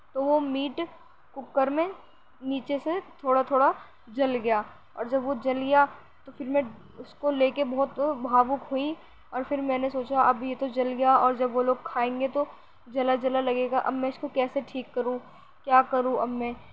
تو وہ meat cooker میں نیچے سے تھوڑا تھوڑا جل گیا اور جب وہ جل گیا تو پھر میں اس کو لے کے بہت بھاوک ہوئی اور پھر میں نے سوچا اب یہ تو جل گیا اور جب وہ لوگ کھائیں گے تو جلا جلا لگے گا اب میں اس کو کیسے ٹھیک کروں کیا کروں اب میں